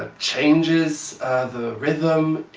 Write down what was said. ah changes the rythm,